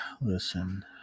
listen